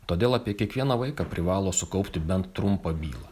todėl apie kiekvieną vaiką privalo sukaupti bent trumpą bylą